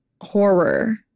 Horror